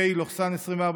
פ/3010/24,